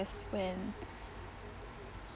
when